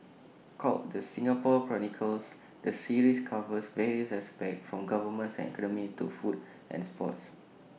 called the Singapore chronicles the series covers various aspects from governance and economy to food and sports